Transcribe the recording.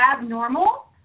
abnormal